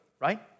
right